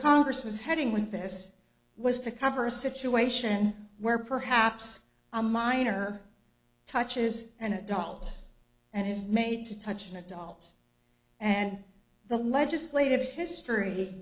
congress was heading with this was to cover a situation where perhaps a minor touch is an adult and his made to touch an adult and the legislative history